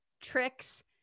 Tricks